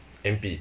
N_P